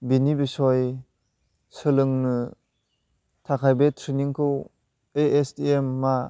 बिनि बिसय सोलोंनो थाखाय बे ट्रेनिंखौ एएसडिएमआ